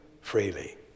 freely